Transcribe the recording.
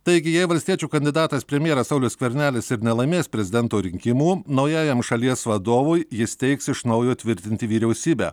taigi jei valstiečių kandidatas premjeras saulius skvernelis ir nelaimės prezidento rinkimų naujajam šalies vadovui jis teiks iš naujo tvirtinti vyriausybę